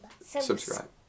Subscribe